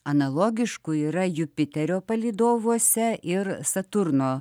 analogiškų yra jupiterio palydovuose ir saturno